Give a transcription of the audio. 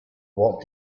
what